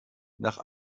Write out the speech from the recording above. nach